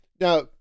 now